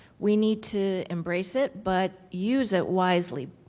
we need to embrace it but use it wisely.